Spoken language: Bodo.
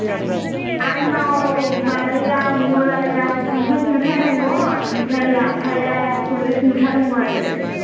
आंनाव माबाया मुलाया पन्सास मुथा दङ ओमफ्राय लाफाया सल्लिस मुथा दङ आरो